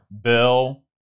Bill